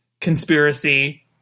conspiracy